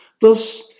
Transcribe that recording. Thus